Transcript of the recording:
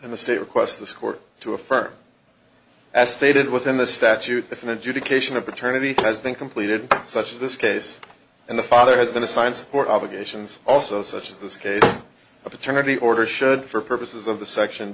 and the state requests this court to affirm as stated within the statute if an adjudication of paternity has been completed such as this case and the father has been assigned support obligations also such as this case a paternity order should for purposes of the section